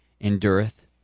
endureth